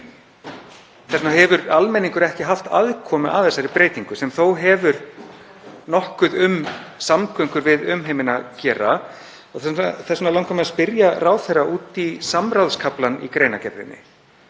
Þess vegna hefur almenningur ekki haft aðkomu að þessari breytingu sem þó hefur nokkuð með samgöngur við umheiminn að gera. Þess vegna langar mig að spyrja ráðherra út í samráðskaflann í greinargerðinni,